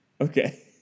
Okay